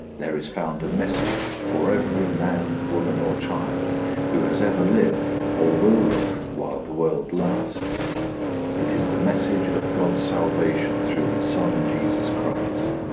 there is found a message for every man, woman, or child who has ever lived or will live while the world lasts it is the message of god's salvation through his son jesus christ.